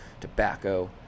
tobacco